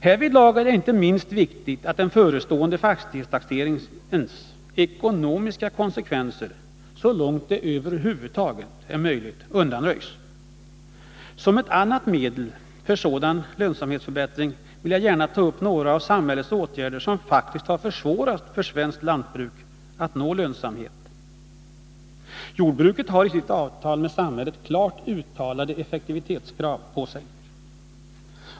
Härvidlag är det inte minst viktigt att den förestående fastighetstaxeringens ekonomiska konsekvenser så långt det över huvud taget är möjligt undanröjs. Som ett annat medel för sådan lönsamhetsförbättring vill jag gärna ta upp några samhällsåtgärder som faktiskt har försvårat för svenskt lantbruk att nå lönsamhet. Jordbruket har i sitt avtal med samhället klart uttalade effektivitetskrav på sig.